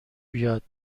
بیاد